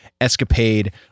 escapade